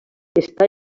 està